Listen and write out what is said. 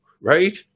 right